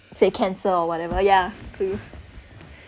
say cancer or whatever yeah true